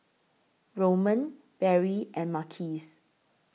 Roman Berry and Marquise